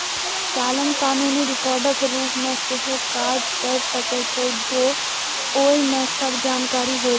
चालान कानूनी रिकॉर्डक रूप मे सेहो काज कैर सकै छै, जौं ओइ मे सब जानकारी होय